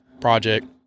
project